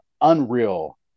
unreal